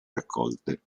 raccolte